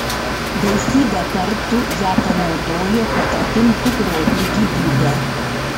baisybę kartų ją panaudojo kad atimtų grobiui gyvybę